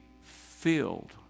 filled